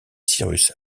cyrus